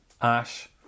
Ash